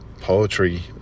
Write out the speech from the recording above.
poetry